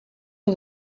dat